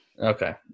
Okay